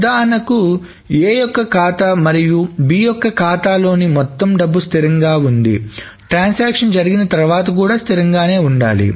ఉదాహరణకి A యొక్క ఖాతా మరియు B యొక్క ఖాతాలోని మొత్తం డబ్బు స్థిరంగా ఉందిట్రాన్సాక్షన్ జరిగిన తర్వాత కూడా స్థిరంగానే ఉండాలి